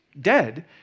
dead